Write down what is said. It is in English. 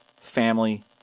family